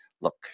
look